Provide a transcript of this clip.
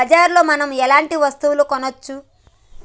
బజార్ లో మనం ఎలాంటి వస్తువులు కొనచ్చు?